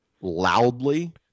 loudly